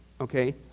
okay